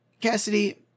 Cassidy